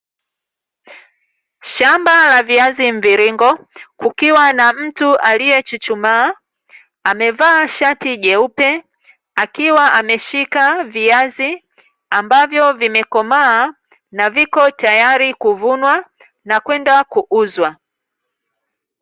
Shamba la viazi mviringo kukiwa na mtu aliyechuchumaa, amevaa shati jeupe akiwa ameshika viazi ambavyo vimekomaa na viko tayari kuvunwa na kwenda kuuzwa.